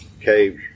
caves